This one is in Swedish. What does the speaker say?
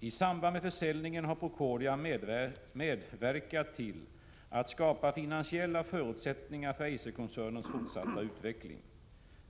I samband med försäljningen har Procordia medverkat till att skapa finansiella förutsättningar för Eiserkoncernens fortsatta utveckling.